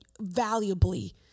valuably